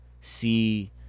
see